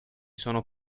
sono